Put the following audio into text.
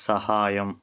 సహాయం